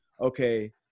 okay